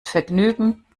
vergnügen